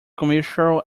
commercial